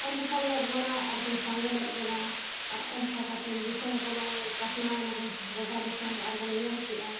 ᱦᱚᱱ ᱦᱚᱯᱚᱱ ᱞᱮᱫ ᱵᱚᱱᱟ ᱟᱨ ᱠᱤᱱ ᱥᱟᱸᱜᱮ ᱞᱮᱫ ᱵᱚᱱᱟ ᱟᱨ ᱚᱱᱠᱟ ᱠᱟᱛᱮᱫ ᱫᱤᱥᱚᱢ ᱠᱚ ᱱᱚᱜᱼᱚᱭ ᱯᱟᱥᱱᱟᱣ ᱮᱱᱟ ᱵᱚᱱ ᱜᱚᱴᱟ ᱫᱤᱥᱚᱢ ᱟᱨᱵᱚᱱ ᱧᱮᱞ ᱠᱮᱜᱼᱟ